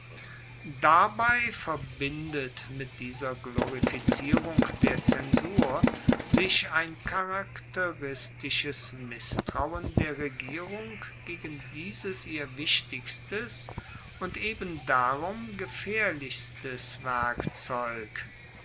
dabei verbindet mit dieser glorifizierung der zensur sich ein charakteristisches misstrauen der regierung gegen dieses ihr wichtigstes und eben darum gefaehrlichstes